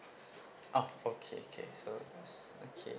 uh okay okay so this okay